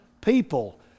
people